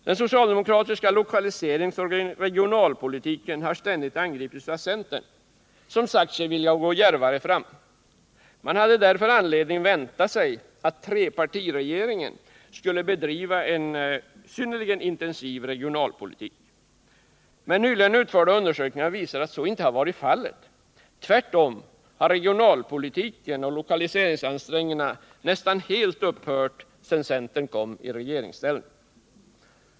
Den socialdemokratiska lokaliseringsoch regionalpolitiken har ständigt angripits av centern, som sagt sig vilja gå djärvare fram. Man hade därför anledning vänta sig att trepartiregeringen skulle bedriva en synnerligen intensiv regionalpolitik. Men nyligen utförda undersökningar visar att så inte varit fallet. Tvärtom har regionalpolitiken och lokaliseringsansträngningarna nästan helt upphört sedan centern kom i regeringsställning.